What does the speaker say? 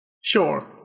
Sure